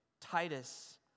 Titus